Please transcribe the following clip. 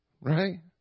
right